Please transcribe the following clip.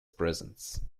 presents